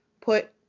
put